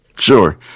Sure